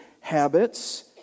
habits